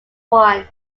one